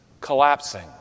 collapsing